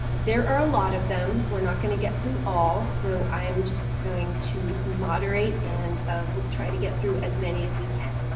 there are a lot of them, we're not gonna get through all so i'm just going to moderate and we'll try to get through as many as we can.